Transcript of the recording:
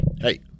hey